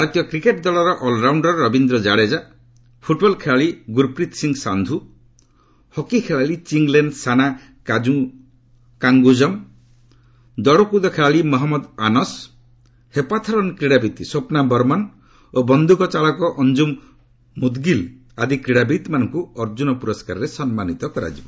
ଭାରତୀୟ କ୍ରିକେଟ୍ ଦଳର allrounder Ravindra Jadeja football ଖେଳାଳି ଗୁର୍ପ୍ରୀତି ସିଂହ ସାନ୍ଧୁ ହକି ଖେଳାଳି ଚିଙ୍ଗ୍ ଲେନ୍ ସାନା କାଙ୍ଗୁଜମ୍ ଦୌଡ଼କୁଦ ଖେଳାଳି ମହମ୍ମଦ ଆନସ ହେପ୍ଟାଥଲନ୍ କ୍ରୀଡ଼ାବିତ୍ ସ୍ୱପ୍ନା ବର୍ମମ୍ ଓ ବନ୍ଧୁକ ଚାଳକ ଅଞ୍ଜୁମ ମୁଦ୍ଗିଲ୍ ଆଦି କ୍ରୀଡ଼ାବିତ୍ମାନଙ୍କୁ ଅର୍ଜୁନ ପୁରସ୍କାରରେ ସମ୍ମାନିତ କରାଯିବ